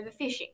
overfishing